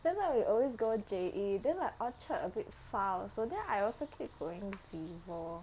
that's why we always go J_E then like orchard a bit far also then I also keep going vivo